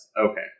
Okay